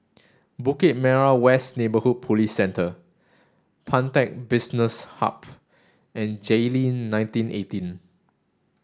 Bukit Merah West Neighbourhood Police Centre Pantech Business Hub and Jayleen nineteen eighteen